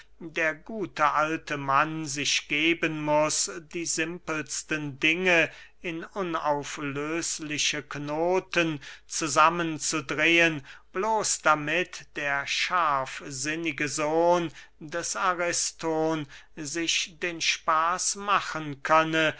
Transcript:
der gute alte mann sich geben muß die simpelsten dinge in unauflösliche knoten zusammen zu drehen bloß damit der scharfsinnige sohn des ariston sich den spaß machen könne